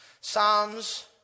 Psalms